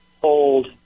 hold